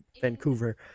Vancouver